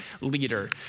leader